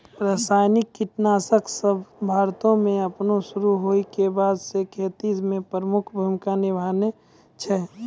रसायनिक कीटनाशक सभ भारतो मे अपनो शुरू होय के बादे से खेती मे प्रमुख भूमिका निभैने छै